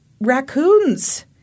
raccoons